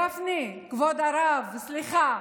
גפני, כבוד הרב, סליחה.